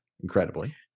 Incredibly